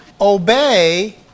obey